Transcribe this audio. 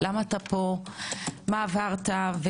מה עברת,